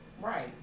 Right